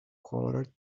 colored